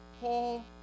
Paul